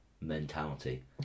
mentality